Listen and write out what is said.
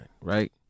right